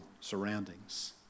surroundings